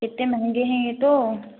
इतते महंगे हैं ये तो